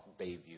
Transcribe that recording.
Bayview